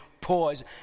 pause